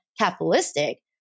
capitalistic